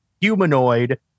humanoid